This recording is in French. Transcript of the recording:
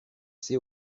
cassé